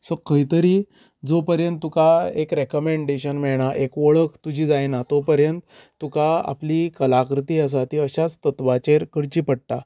so खंय तरी जो पर्यंत तुका एक रॅकमेंडेशन मेळना एक ओळख तुजी जायना तो पर्यंत तुका आपली कलाकृती आसा ती अश्याच तत्वाचेर करची पडटा